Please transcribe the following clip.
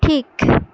ঠিক